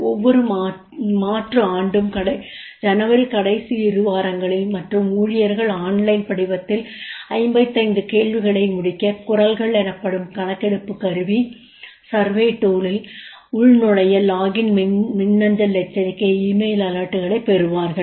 ஒவ்வொரு மாற்று ஆண்டும் ஜனவரி கடைசி இரு வாரங்களில் மற்றும் ஊழியர்கள் ஆன்லைன் படிவத்தில் 55 கேள்விகளை முடிக்க 'குரல்கள்' என அழைக்கப்படும் கணக்கெடுப்பு கருவி யில் உள்நுழைய மின்னஞ்சல் எச்சரிக்கை களைப் பெறுவார்கள்